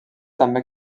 també